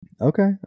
Okay